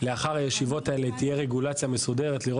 לאחר הישיבות האלה תהיה רגולציה מסודרת על מנת